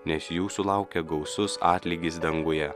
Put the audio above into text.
nes jūsų laukia gausus atlygis danguje